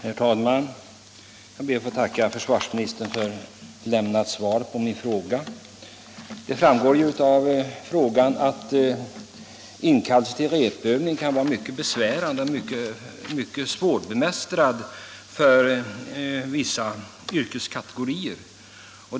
Herr talman! Jag ber att få tacka försvarsministern för lämnat svar på min fråga. Det framgår ju av frågan att inkallelse till repövning kan vara något mycket besvärande och mycket svårbemästrat för vissa yrkeskategorier.